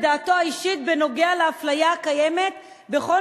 את דעתו האישית בנוגע לאפליה הקיימת בכל